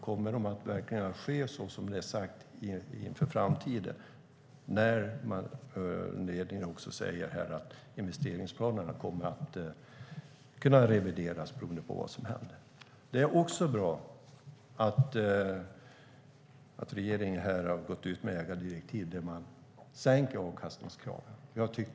Kommer de i framtiden att ske så som det är sagt, när ledningen säger att investeringsplanerna kommer att kunna revideras beroende på vad som händer? Att regeringen gått ut med ägardirektiv där avkastningskraven sänks är bra.